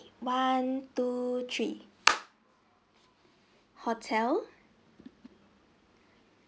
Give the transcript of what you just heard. one two three hotel